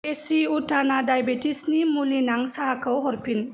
देसि उथाना दायबेटिसनि मुलिनां साहाखौ हरफिन